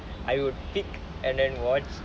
I would pick and then watch